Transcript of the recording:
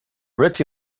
ritzy